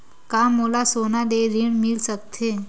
का मोला सोना ले ऋण मिल सकथे?